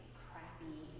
crappy